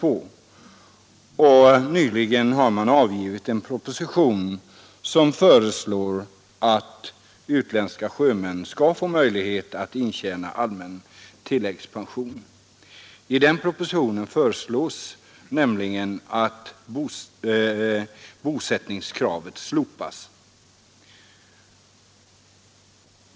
I en nyligen avgiven proposition föreslås att utländska sjömän skall få möjlighet att intjäna allmän tilläggspension. I denna proposition föreslås nämligen att bosättningskravet slopas.